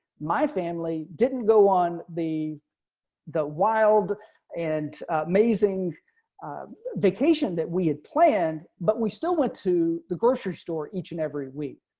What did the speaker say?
my family didn't go the the wild and amazing vacation that we had planned, but we still went to the grocery store each and every week.